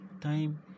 time